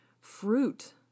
Fruit